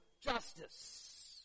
justice